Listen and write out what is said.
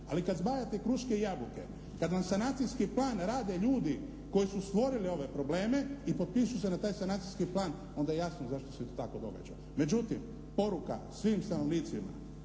Ali kad zbrajate kruške i jabuke, kad vam sanacijski plan rade ljudi koji su stvorili ove probleme i potpišu se na taj sanacijski plan onda je jasno zašto se to tako događa. Međutim, poruka svim stanovnicima